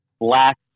black